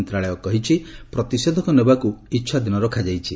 ମନ୍ତ୍ରଣାଳୟ କହିଛି ପ୍ରତିଷେଧକ ନେବାକୁ ଇଚ୍ଛାଧୀନ ରଖାଯାଇଛି